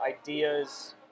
ideas